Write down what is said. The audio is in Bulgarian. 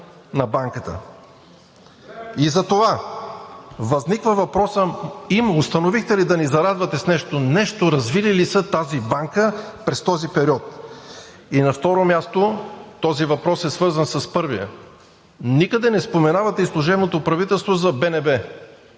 Затова възниква въпросът: установихте ли да ни зарадвате с нещо? Нещо развили ли са тази банка през този период? На второ място, този въпрос е свързан с първия. Никъде не споменавате и служебното правителство за БНБ.